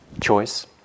choice